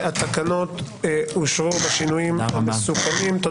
נמנעים 2. התקנות אושרו בשינויים המסוכמים.